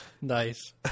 Nice